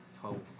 whole